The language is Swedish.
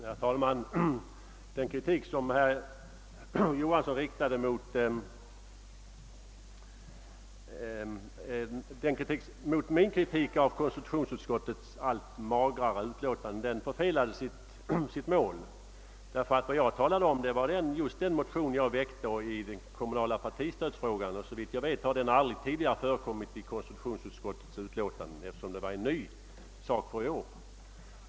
Herr talman! Den kritik som herr Johansson i Trollhättan riktade mot min kritik av konstitutionsutskottets allt magrare utlåtanden förfelade helt sitt mål. Vad jag talade om var nämligen den motion jag väckt rörande det kommunala partistödet, och såvitt jag vet har den frågan aldrig tidigare behandlats i något konstitutionsutskottets utlåtande, eftersom det var en ny fråga för i år.